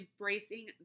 embracing